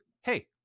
hey